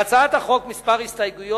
להצעת החוק כמה הסתייגויות.